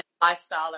lifestyle